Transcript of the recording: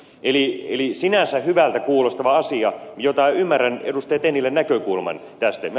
eli sinänsä hyvältä kuulostava asia ymmärrän ed